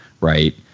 right